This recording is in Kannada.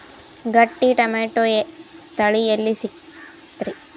ಗಟ್ಟಿ ಟೊಮೇಟೊ ತಳಿ ಎಲ್ಲಿ ಸಿಗ್ತರಿ?